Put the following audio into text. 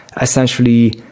essentially